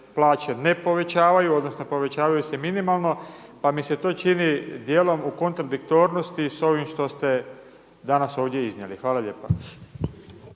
plaće ne povećavaju odnosno povećavaju se minimalno, pa mi se to čini djelom u kontradiktornosti s ovim što ste danas ovdje iznijeli. Hvala lijepo.